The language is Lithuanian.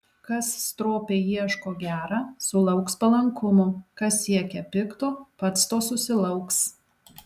kas stropiai ieško gera sulauks palankumo kas siekia pikto pats to susilauks